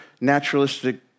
naturalistic